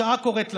השעה קוראת לנו.